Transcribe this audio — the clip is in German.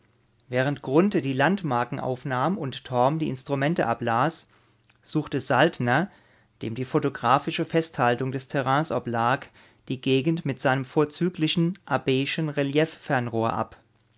während grunthe die landmarken aufnahm und torm die instrumente ablas suchte saltner dem die photographische festhaltung des terrains oblag die gegend mit seinem vorzüglichen abbschen relieffernrohr ab